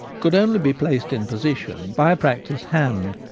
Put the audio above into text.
could only be placed in position by a practised hand,